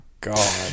god